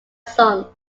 sons